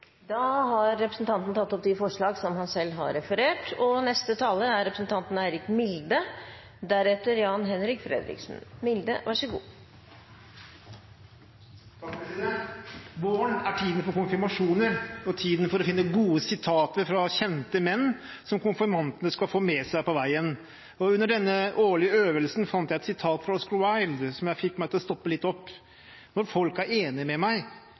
Representanten Heikki Eidsvoll Holmås har tatt opp de forslagene han refererte til. Våren er tiden for konfirmasjoner og tiden for å finne gode sitater fra kjente menn som konfirmantene skal få med seg på veien. Under denne årlige øvelsen fant jeg et sitat fra Oscar Wilde som fikk meg til å stoppe litt opp: Når folk er enige med meg,